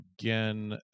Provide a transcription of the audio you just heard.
Again